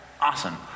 awesome